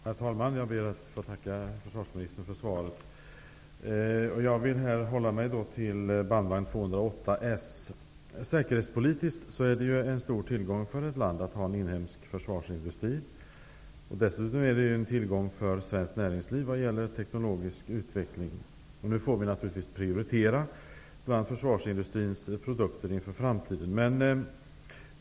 Herr talman! Jag ber att få tacka försvarsministern för svaret. Jag vill hålla mig till bandvagn 208 S. Säkerhetspolitiskt är det en stor tillgång för ett land att ha en inhemsk försvarsindustri. Dessutom är det en tillgång för svenskt näringsliv vad det gäller teknologisk utveckling, och det gör att vi måste prioritera bland försvarsindustrins produkter i framtiden.